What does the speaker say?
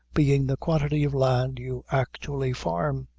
being the quantity of land you actually farm.